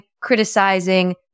criticizing